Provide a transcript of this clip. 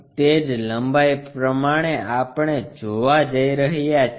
તે જ લંબાઈ આપણે જોવા જઈ રહ્યા છીએ